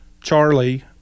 Charlie